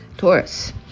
Taurus